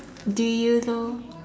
do you though